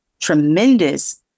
tremendous